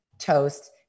toast